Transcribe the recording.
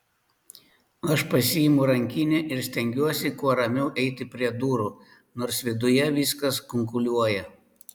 aš pasiimu rankinę ir stengiuosi kuo ramiau eiti prie durų nors viduje viskas kunkuliuoja